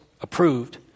approved